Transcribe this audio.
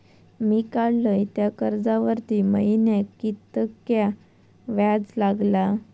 मी काडलय त्या कर्जावरती महिन्याक कीतक्या व्याज लागला?